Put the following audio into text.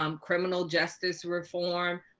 um criminal justice reform,